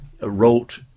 wrote